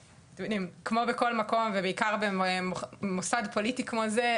וכמו בכל מקום ובעיקר במוסד פוליטי כמו זה,